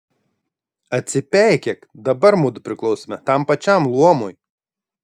atsipeikėk dabar mudu priklausome tam pačiam luomui